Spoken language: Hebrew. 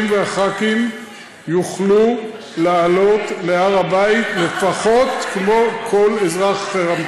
והח"כים יוכלו לעלות להר הבית לפחות כמו כל אזרח אחר.